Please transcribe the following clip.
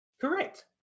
Correct